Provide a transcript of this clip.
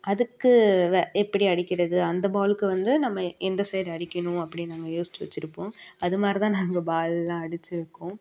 அதுக்கு வ எப்படி அடிக்கிறது அந்த பாலுக்கு வந்து நம்ம எந்த சைடு அடிக்கணும் அப்படின்னு நாங்கள் யோசிச்சு வச்சுருப்போம் அதுமாதிரிதான் நாங்கள் பாலெலாம் அடிச்சுருக்கோம்